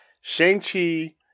Shang-Chi